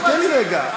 אבל תן לי רגע.